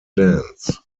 dance